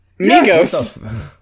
Migos